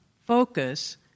focus